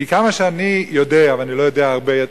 כי כמה שאני יודע, ואני לא יודע הרבה,